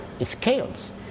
scales